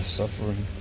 suffering